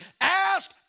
Ask